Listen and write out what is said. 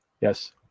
Yes